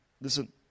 Listen